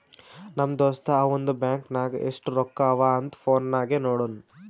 ನಮ್ ದೋಸ್ತ ಅವಂದು ಬ್ಯಾಂಕ್ ನಾಗ್ ಎಸ್ಟ್ ರೊಕ್ಕಾ ಅವಾ ಅಂತ್ ಫೋನ್ ನಾಗೆ ನೋಡುನ್